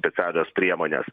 specialios priemonės